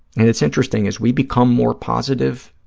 and it's interesting, as we become more positive,